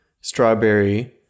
strawberry